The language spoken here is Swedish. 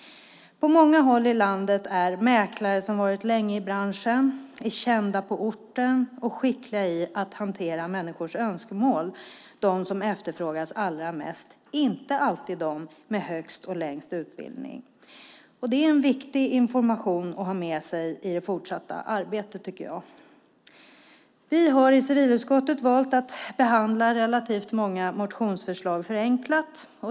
På många håll i landet är de mäklare som har varit i branschen länge, är kända på orten, skickliga i att hantera människors önskemål och som efterfrågas allra mest inte alltid de med högst och längst utbildning. Det är en viktig information att ha med i det fortsatta arbetet. Vi har i civilutskottet valt att behandla relativt många motioner förenklat.